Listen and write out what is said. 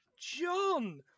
John